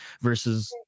versus